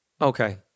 Okay